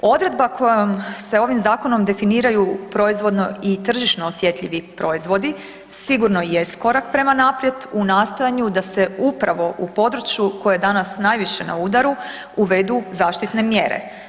Odredba kojom se ovim zakonom definiraju proizvodno i tržišno osjetljivi proizvodi sigurno jest korak prema naprijed u nastojanju da se upravo u području koje je danas najviše na udaru uvedu zaštitne mjere.